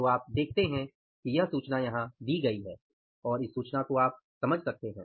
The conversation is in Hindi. तो आप देखते हैं कि यह सूचना यहां दी गई है और इस सूचना को आप समझ सकते हैं